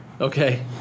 Okay